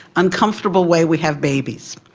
uncomfortable way we have babies.